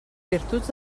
virtuts